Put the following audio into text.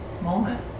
moment